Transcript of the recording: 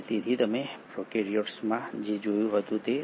તેથી તમે પ્રોકેરીયોટ્સમાં જે જોયું હતું તે ડી